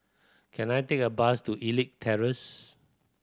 can I take a bus to Elite Terrace